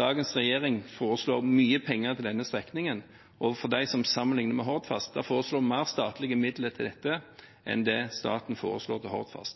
Dagens regjering foreslår mye penger til denne strekningen. Og til dem som sammenligner med Hordfast: De forslår mer statlige midler til dette enn det staten foreslår til